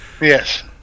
Yes